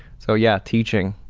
so, yeah, teaching.